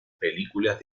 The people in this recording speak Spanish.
películas